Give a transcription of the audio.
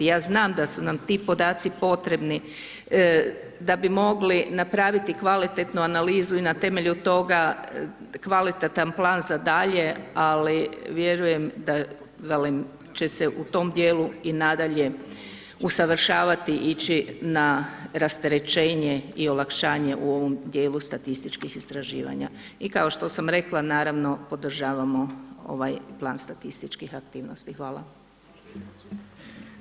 Ja znam da su nam ti podaci potrebni da bi mogli napraviti kvalitetnu analizu i na temelju toga kvalitatan plan za dalje ali vjerujem da velim će se u tom dijelu i nadalje usavršavati ići na rasterećenje i olakšanje u ovom dijelu statističkih istraživanja i kao što sam rekla naravno podržavamo ovaj Plan statističkih aktivnosti.